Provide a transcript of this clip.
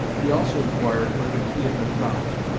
he also inquired where the key had been found.